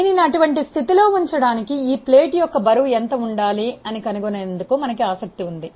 దీనిని అటువంటి స్థితిలో ఉంచడానికి ఈ ప్లేట్ యొక్క బరువు ఎంత ఉండాలి అని కనుగొనేందుకు మనకు ఆసక్తి ఉంది